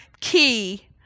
key